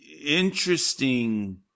interesting